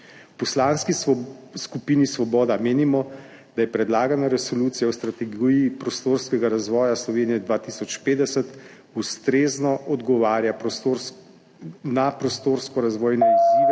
Poslanski skupini Svoboda menimo, da predlagana resolucija o strategiji prostorskega razvoja Slovenije 2050 ustrezno odgovarja na prostorsko-razvojne izzive